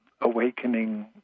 awakening